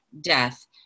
death